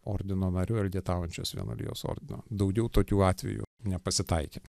ordino nariu elgetaujančios vienuolijos ordino daugiau tokių atvejų nepasitaikė